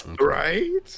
Right